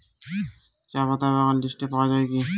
চাপাতা বাগান লিস্টে পাওয়া যায় কি?